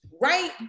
Right